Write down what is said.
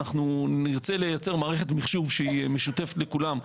אנחנו נרצה לייצר מערכת מחשוב שהיא משותפת לכולם.